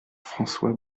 françois